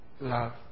love